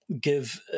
give